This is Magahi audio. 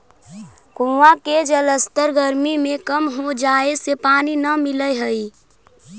कुआँ के जलस्तर गरमी में कम हो जाए से पानी न मिलऽ हई